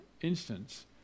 instance